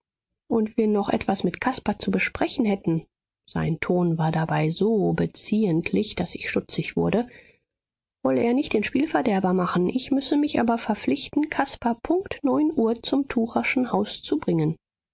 und wir noch etwas mit caspar zu besprechen hätten sein ton war dabei so beziehentlich daß ich stutzig wurde wolle er nicht den spielverderber machen ich müsse mich aber verpflichten caspar punkt neun uhr zum tucherschen haus zu bringen